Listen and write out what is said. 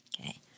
Okay